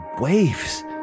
waves